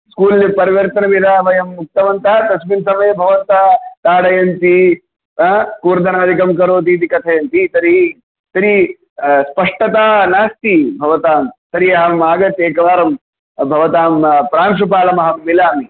school परिवर्तनं यदा वयम् उक्तवन्तः तस्मिन् समये भवन्तः ताडयन्ति आ कूर्दनादिकं करोति इति कथयन्ति तर्हि तर्हि स्पष्टता नास्ति भवतां तर्हि अहम् आगत्य एकवारं भवतां प्रांशुपालम् अहं मिलामि